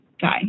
guy